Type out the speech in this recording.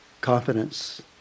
confidence